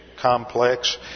complex